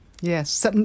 Yes